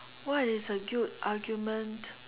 what is a good argument